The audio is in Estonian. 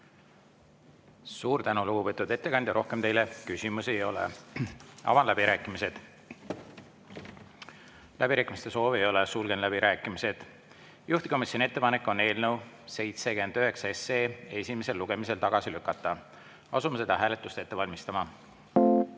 Suur tänu, lugupeetud ettekandja! Rohkem küsimusi teile ei ole. Avan läbirääkimised. Läbirääkimiste soovi ei ole. Sulgen läbirääkimised. Juhtivkomisjoni ettepanek on eelnõu 79 esimesel lugemisel tagasi lükata. Asume hääletust ette valmistama.